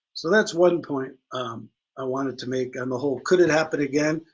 so that's one point i wanted to make, and the whole, could it happen again,